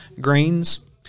grains